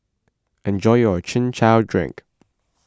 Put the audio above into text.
enjoy your Chin Chow Drink